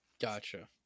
Gotcha